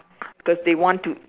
cause they want to